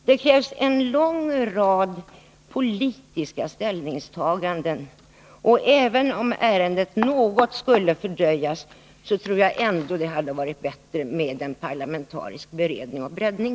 Här måste en lång rad politiska ställningstaganden göras, och även om ärendet skulle fördröjas något tror jag att det hade varit bättre med en breddad, parlamentarisk beredning.